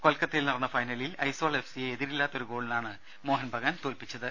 കൊൽക്കത്തയിൽ നടന്ന ഫൈനലിൽ ഐസോൾ എഫ്സിയെ എതിരില്ലാത്ത ഒരു ഗോളിനാണ് മോഹൻബഗാൻ തോൽപ്പിച്ചത്